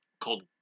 called